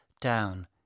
down